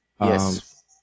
Yes